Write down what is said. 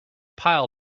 pile